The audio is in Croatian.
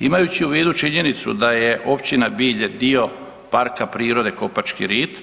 Imajući u vidu činjenicu da je Općina Bilje dio Parka prirode „Kopački rit“